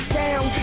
down